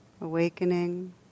awakening